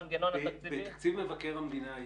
בתקציב מבקר המדינה יש,